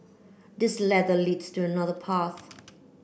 this ladder leads to another path